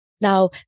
Now